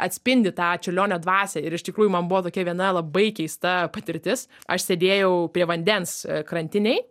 atspindi tą čiurlionio dvasią ir iš tikrųjų man buvo tokia viena labai keista patirtis aš sėdėjau prie vandens krantinėj